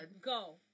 go